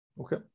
Okay